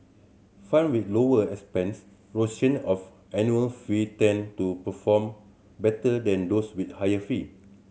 fund with lower expense ratio of annual fee tend to perform better than those with higher fee